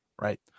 right